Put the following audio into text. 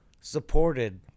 supported